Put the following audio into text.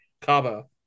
Cabo